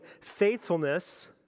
faithfulness